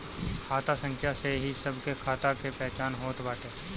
खाता संख्या से ही सबके खाता के पहचान होत बाटे